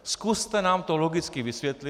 Zkuste nám to logicky vysvětlit.